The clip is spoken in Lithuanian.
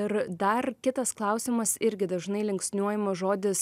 ir dar kitas klausimas irgi dažnai linksniuojamas žodis